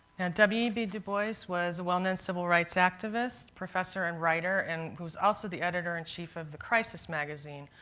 and w e b. du bois was a well-known civil rights activist, professor, and writer, and was also the editor-in-chief of the crisis magazine,